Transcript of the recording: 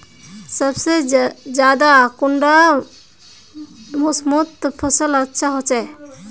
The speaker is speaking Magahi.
सबसे ज्यादा कुंडा मोसमोत फसल अच्छा होचे?